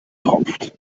tropft